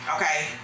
Okay